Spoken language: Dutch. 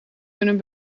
kunnen